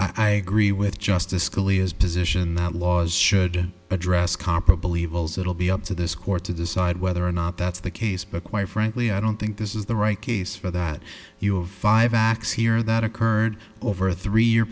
evils i agree with justice scalia's position that laws should address comparable evils it'll be up to this court to decide whether or not that's the case but quite frankly i don't think this is the right case for that you have five acts here that occurred over a three year